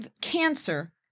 cancer